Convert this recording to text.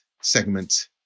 segment